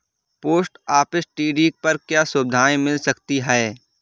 Post office TD पर क्या सुविधाएँ मिल सकती है?